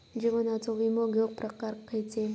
जीवनाचो विमो घेऊक प्रकार खैचे?